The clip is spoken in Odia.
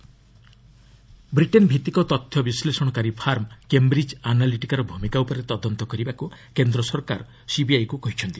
ସିବିଆଇ ପ୍ରୋବ୍ ବ୍ରିଟେନ୍ ଭିତ୍ତିକ ତଥ୍ୟ ବିଶ୍ଳେଷଣକାରୀ ଫାର୍ମ କେମ୍ବ୍ରିଜ୍ ଆନାଲିଟିକାର ଭୂମିକା ଉପରେ ତଦନ୍ତ କରିବାକୁ କେନ୍ଦ୍ର ସରକାର ସିବିଆଇକୁ କହିଛନ୍ତି